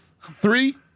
Three